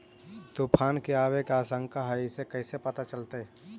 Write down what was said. तुफान के आबे के आशंका है इस कैसे पता चलतै?